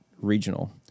regional